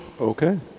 Okay